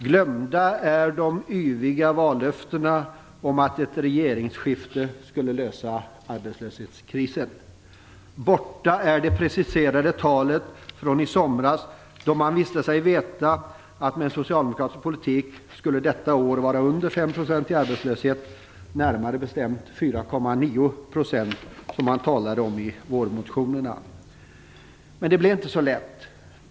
Glömda är de yviga vallöftena om att ett regeringsskifte skulle lösa arbetslöshetskrisen. Borta är det preciserade talet från i somras, då man visste sig veta att man med socialdemokratisk politik detta år skulle vara under 5 % i arbetslöshet - närmare bestämt 4,9 %, som man talade om i vårmotionerna. Men det blev inte så lätt.